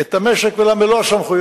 את המשק ולה מלוא הסמכויות.